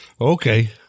Okay